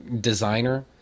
designer